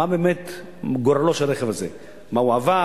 מה באמת גורלו של הרכב הזה: מה הוא עבר,